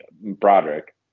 Broderick